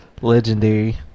Legendary